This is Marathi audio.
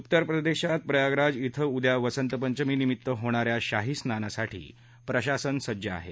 उत्तरप्रदेशात प्रयागराज िंग उद्या वसंतपंचमीनिमित्त होणा या शाही स्नानासाठी प्रशासन सज्ज आहे